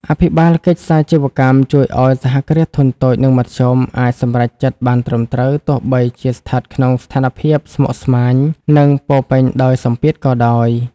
អភិបាលកិច្ចសាជីវកម្មជួយឱ្យ សហគ្រាសធុនតូច និងមធ្យម អាចសម្រេចចិត្តបានត្រឹមត្រូវ ទោះបីជាស្ថិតក្នុងស្ថានភាពស្មុគស្មាញ និងពោរពេញដោយសម្ពាធក៏ដោយ។